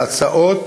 להצעות